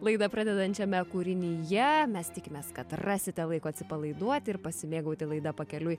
laidą pradedančiame kūrinyje mes tikimės kad rasite laiko atsipalaiduoti ir pasimėgauti laida pakeliui